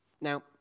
Now